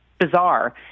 bizarre